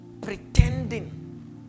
pretending